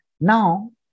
Now